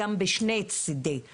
גם בשני צידי הקו הירוק.